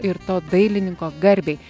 ir to dailininko garbei